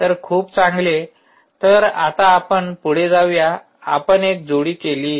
तर खूप चांगले तर आता आपण पुढे जाऊया आपण एक जोडी केली